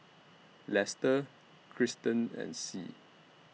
Lester Kirsten and Sie